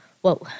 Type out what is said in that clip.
whoa